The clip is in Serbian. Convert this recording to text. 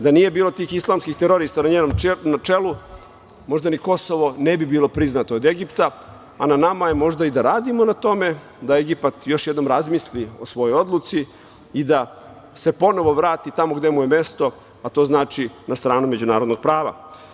Da nije bilo tih islamskih terorista na njenom čelu, možda ni Kosovo ne bi bilo priznato od Egipta, a na nama je možda i da radimo na tome da Egipat još jednom razmisli o svojoj odluci i da se ponovo vrati tamo gde mu je mesto, a to znači na stranu međunarodnog prava.